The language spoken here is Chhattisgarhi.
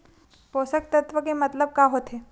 पोषक तत्व के मतलब का होथे?